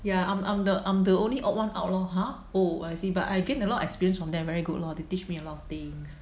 ya I'm I'm the I'm the only one odd one out loh !huh! oh I see but I gain a lot of experience from them very good lor they teach me a lot of things